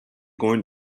going